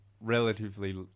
relatively